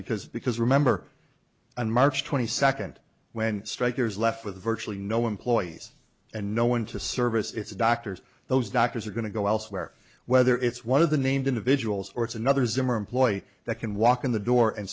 because because remember on march twenty second when stryker is left with virtually no employees and no one to service it's doctors those doctors are going to go elsewhere whether it's one of the named individuals or it's another zimmer employ that can walk in the door and